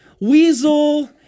Weasel